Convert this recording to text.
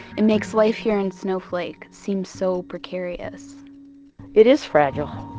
it makes life here in snowflake seem so precarious it is fragile.